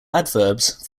adverbs